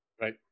right